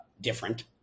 different